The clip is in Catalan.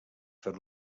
fer